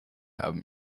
habe